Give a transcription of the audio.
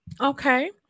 Okay